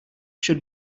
should